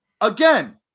Again